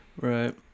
Right